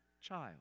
child